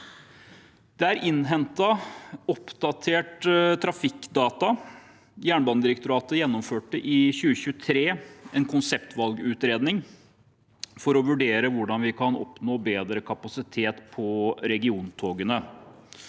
er innhentet oppdaterte trafikkdata. Jernbanedirektoratet gjennomførte i 2023 en konseptvalgutredning for å vurdere hvordan vi kan oppnå bedre kapasitet på regiontogene.